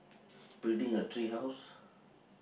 building a tree house